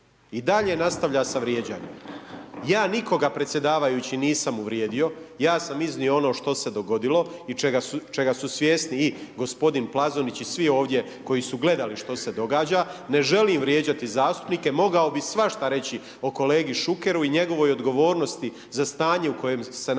i dalje nastavlja sa vrijeđanjem. Ja nikoga predsjedavajući nisam uvrijedio, ja sam iznio ono što se dogodilo i čega su svjesni i gospodin Plazonić i svi ovdje koji su gledali što se događa, ne želim vrijeđati zastupnike, mogao bih svašta reći o kolegi Šukeru i njegovoj odgovornosti za stanje u kojem se nalazi